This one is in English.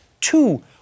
Two